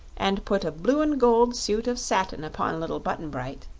and put a blue-and-gold suit of satin upon little button-bright,